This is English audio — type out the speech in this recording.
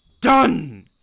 done